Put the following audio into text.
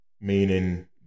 meaning